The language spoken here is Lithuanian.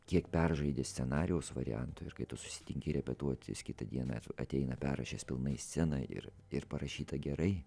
kiek peržaidė scenarijaus variantų ir kai tu susitinki repetuoti jis kitą dieną ateina perrašęs pilnai sceną ir ir parašyta gerai